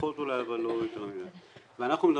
קצת פחות אולי אבל לא יותר.